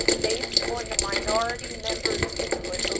based on the minority members' input,